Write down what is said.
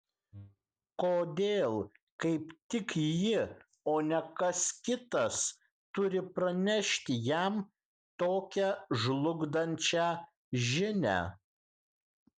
kodėl kaip tik ji o ne kas kitas turi pranešti jam tokią žlugdančią žinią